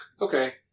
Okay